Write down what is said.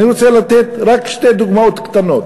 אני רוצה לתת רק שתי דוגמאות קטנות: